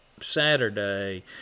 Saturday –